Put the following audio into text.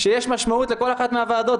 שיש משמעות לכל אחת מהוועדות.